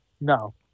no